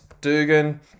Dugan